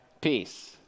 peace